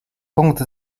punkt